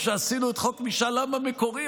כשעשינו את חוק משאל עם המקורי,